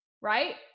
right